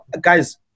Guys